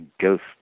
ghost